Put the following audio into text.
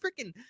freaking